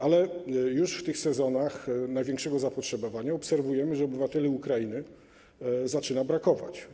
Ale w sezonach największego zapotrzebowania obserwujemy, że obywateli Ukrainy zaczyna brakować.